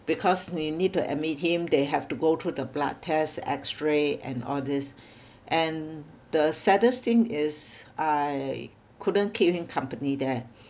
because we need to admit him they have to go through the blood tests x-ray and all these and the saddest thing is I couldn't keep him company there